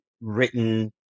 written